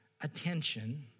attention